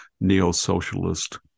neo-socialist